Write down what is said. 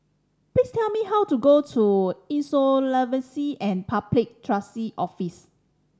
please tell me how to go to Insolvency and Public Trustee Office